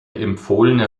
empfohlene